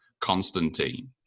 Constantine